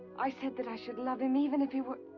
i said that i should love him, even if he